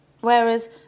Whereas